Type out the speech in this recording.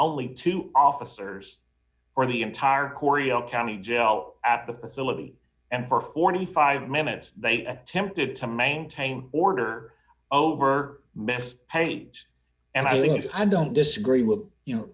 only two officers or the entire korea county jail at the possibility and for forty five minutes they attempted to maintain order over best paid and i think and i'm disagree with you know